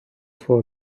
for